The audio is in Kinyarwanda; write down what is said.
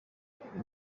turebe